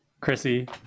chrissy